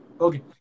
Okay